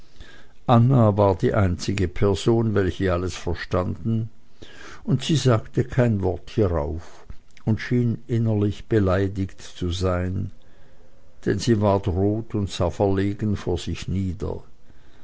anna war die einzige person welche alles verstanden und sie sagte kein wort hierauf und schien innerlich beleidigt zu sein denn sie ward rot und sah verlegen vor sich nieder